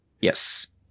yes